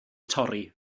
torri